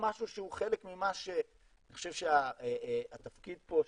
אני חושב שהתפקיד פה,